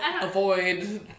avoid